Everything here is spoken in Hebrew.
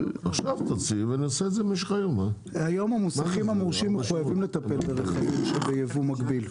אבל היום המוסכים המורשים מחויבים לטפל ברכבים שביבוא מקביל.